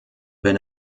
wenn